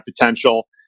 potential